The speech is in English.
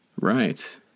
Right